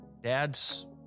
dad's